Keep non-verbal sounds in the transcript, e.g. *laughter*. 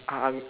*noise*